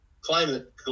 climate